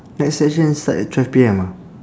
next session start at twelve P_M ah